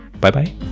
Bye-bye